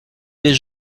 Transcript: les